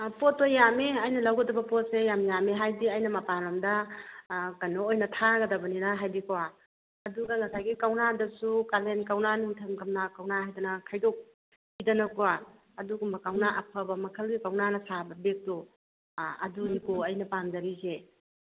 ꯑꯥ ꯄꯣꯠꯇꯣ ꯌꯥꯝꯃꯦ ꯑꯩꯅ ꯂꯧꯒꯗꯕ ꯄꯣꯠꯁꯦ ꯌꯥꯝ ꯌꯥꯝꯃꯦ ꯍꯥꯏꯕꯗꯤ ꯑꯩꯅ ꯃꯄꯥꯟ ꯂꯝꯗ ꯀꯩꯅꯣ ꯑꯣꯏꯅ ꯊꯥꯒꯗꯕꯅꯤꯅ ꯍꯥꯏꯕꯗꯤꯀꯣ ꯑꯗꯨꯒ ꯉꯁꯥꯏꯒꯤ ꯀꯧꯅꯥꯗꯁꯨ ꯀꯥꯂꯦꯟ ꯀꯧꯅꯥ ꯅꯤꯡꯊꯝ ꯀꯧꯅꯥ ꯍꯥꯏꯗꯅ ꯈꯥꯏꯗꯣꯛꯏꯗꯅꯀꯣ ꯑꯗꯨꯒꯨꯝꯕ ꯀꯧꯅꯥ ꯑꯐꯕ ꯃꯈꯜꯒꯤ ꯀꯧꯅꯥꯅ ꯁꯥꯕ ꯕꯦꯒꯇꯣ ꯑꯗꯨꯅꯤꯀꯣ ꯑꯩꯅ ꯄꯥꯝꯖꯔꯤꯁꯦ